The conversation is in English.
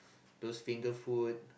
those finger food